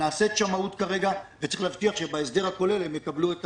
נעשית שמאות כרגע וצריך להבטיח שבהסדר הכולל הם יקבלו את